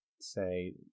say